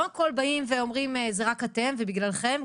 לא הכל באים ואומרים זה רק אתם ובגללכם,